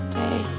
day